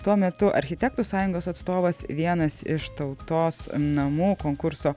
tuo metu architektų sąjungos atstovas vienas iš tautos namų konkurso